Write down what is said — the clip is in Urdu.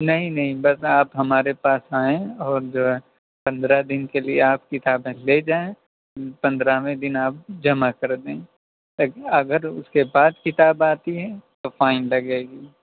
نہیں نہیں بس آپ ہمارے پاس آئیں اور جو ہے پندرہ دن کے لیے آپ کتابیں لے جائیں پندرہویں دن آپ جمع کر دیں اگر اس کے بعد کتاب آتی ہیں تو فائن لگے گی